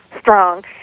strong